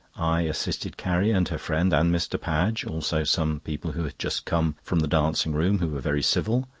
i assisted carrie and her friend and mr. padge, also some people who had just come from the dancing-room, who were very civil.